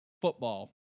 football